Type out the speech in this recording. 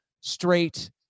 straight